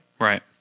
Right